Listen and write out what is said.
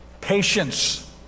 patience